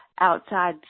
outside